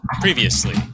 previously